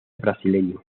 brasileño